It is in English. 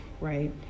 right